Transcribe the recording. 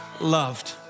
loved